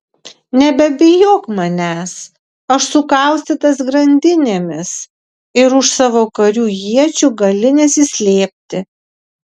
nebebijok manęs aš sukaustytas grandinėmis ir už savo karių iečių gali nesislėpti